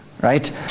right